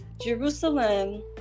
jerusalem